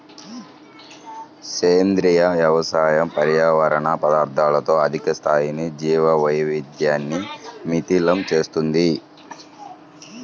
సేంద్రీయ వ్యవసాయం పర్యావరణ పద్ధతులతో అధిక స్థాయి జీవవైవిధ్యాన్ని మిళితం చేస్తుంది